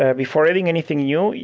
ah before writing anything new,